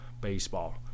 baseball